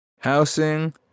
Housing